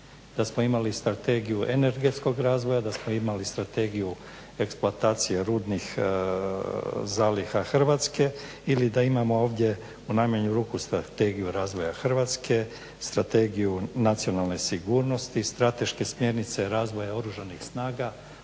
da smo imali strategiju energetskog razvoja, da smo imali strategiju eksploatacije rudnih zaliha Hrvatske ili da imamo ovdje u najmanju ruku strategiju razvoja Hrvatske, strategiju nacionalne sigurnosti, strateške smjernice razvoja oružanih snaga